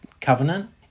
covenant